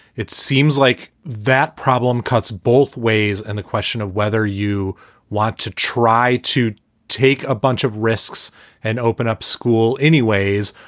it seems like that problem cuts both ways. and the question of whether you want to try to take a bunch of risks and open up school anyways,